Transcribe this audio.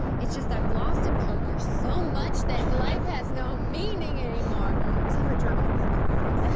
it's just i've lost at poker so much that life has no meaning anymore so i'm gonna draw more poker cards.